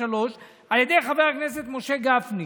העשרים-ושלוש על ידי חבר הכנסת משה גפני.